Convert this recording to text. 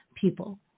people